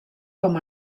com